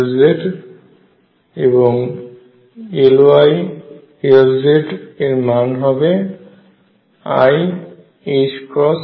এবং Ly Lz এর এর মান হবে iℏLx